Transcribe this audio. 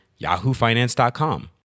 yahoofinance.com